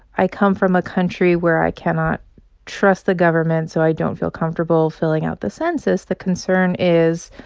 i come from a country where i cannot trust the government so i don't feel comfortable filling out the census the concern is,